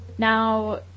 Now